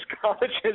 colleges